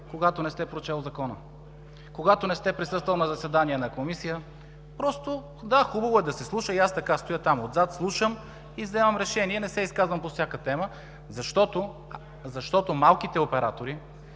когато не сте прочел закона, когато не сте присъствал на заседание на комисия. Просто да, хубаво е да се слуша. И аз така стоя там отзад, слушам и вземам решение, не се изказвам по всяка тема, защото малките оператори,